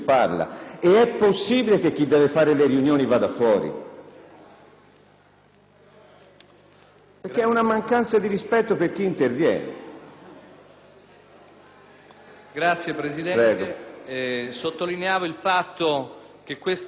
fuori? È una mancanza di rispetto per chi interviene.